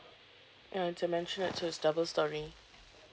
ya it's a mansionette so it's double storey